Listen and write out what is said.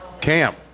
camp